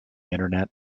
internet